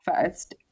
first